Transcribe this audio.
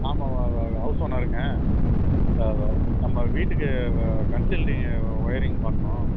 ஆமாம் ஹவுஸ் ஓனருங்க இப்போ நம்ம வீட்டுக்கு கன்சல்டிங் ஒ ஒயரிங் பண்ணணும்